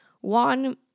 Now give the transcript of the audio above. One